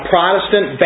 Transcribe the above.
Protestant